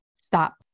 Stop